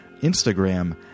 Instagram